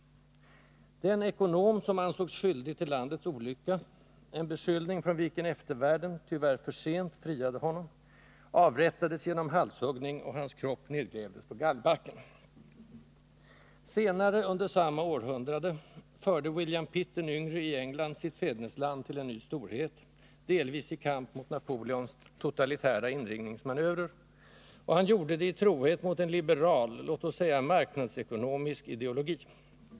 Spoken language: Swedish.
Den ekonom som ansågs skyldig till landets olycka — en beskyllning från vilken eftervärlden, tyvärr för sent, friade honom — avrättades genom halshuggning, och hans kropp nedgrävdes på galgbacken. Senare under samma århundrade förde William Pitt d. y. i England sitt fädernesland till en ny storhet, delvis i kamp mot Napoleons totalitära inringningsmanövrer, och han gjorde det i trohet mot en liberal, låt oss säga marknadsekonomisk, ideologi.